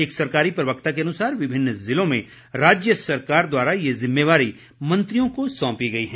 एक सरकारी प्रवक्ता के अनुसार विभिन्न जिलों में राज्य सरकार द्वारा ये जिम्मेवारी मंत्रियों को सौंपी गई है